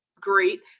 great